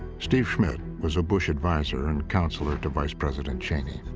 steve schmidt was a bush adviser and counselor to vice president cheney.